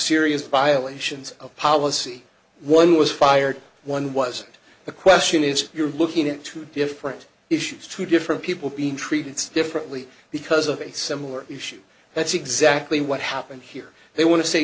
serious violations of policy one was fired one wasn't the question is you're looking at two different issues two different people being treated differently because of a similar issue that's exactly what happened here they want to say